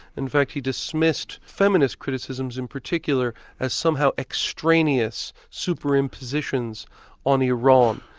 in fact he dismissed feminist criticisms in particular as somehow extraneous, superimpositions on iran,